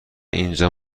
اینجا